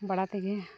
ᱵᱟᱲᱟ ᱛᱮᱜᱮ